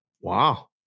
Wow